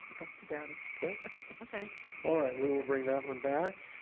dr. dowdy. all right, we will bring that one back.